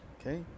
Okay